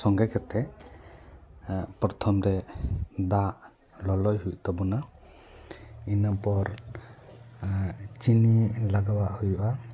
ᱥᱚᱜᱮ ᱠᱟᱛᱮ ᱯᱚᱨᱛᱷᱚᱢ ᱨᱮ ᱫᱟᱜ ᱞᱚᱞᱚᱭ ᱦᱩᱭᱩᱜ ᱛᱟᱵᱚᱱᱟ ᱤᱱᱟᱹ ᱯᱚᱨ ᱪᱤᱱᱤ ᱞᱟᱜᱟᱣᱟᱜ ᱦᱩᱭᱩᱜᱼᱟ